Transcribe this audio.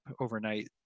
overnight